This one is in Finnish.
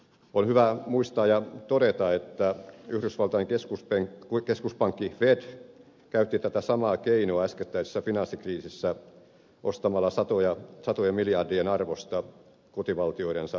on hyvä muistaa ja todeta että yhdysvaltain keskuspankki fed käytti tätä samaa keinoa äskettäisessä finanssikriisissä ostamalla satojen miljardien arvosta kotivaltionsa roskavelkakirjoja